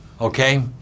okay